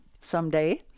someday